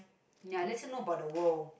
ya let's say know about the world